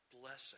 blessing